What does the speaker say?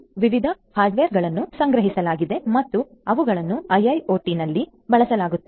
ಆದ್ದರಿಂದ ವಿಭಿನ್ನ ಹಾರ್ಡ್ವೇರ್ಗಳನ್ನು ಸಂಗ್ರಹಿಸಲಾಗಿದೆ ಮತ್ತು ಅವುಗಳನ್ನು IIoT ನಲ್ಲಿ ಬಳಸಲಾಗುತ್ತಿದೆ